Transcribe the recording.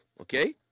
okay